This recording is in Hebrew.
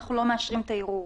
"אנחנו לא מאשרים את הערעור"?